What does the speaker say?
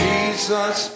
Jesus